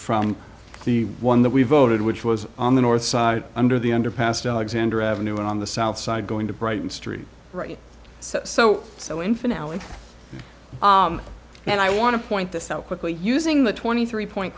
from the one that we voted which was on the north side under the underpass to alexander avenue on the south side going to brighton street right so so so in finale and i want to point this out quickly using the twenty three point